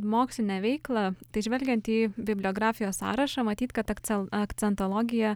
mokslinę veiklą tai žvelgiant į bibliografijos sąrašą matyt kad akcel akcentologija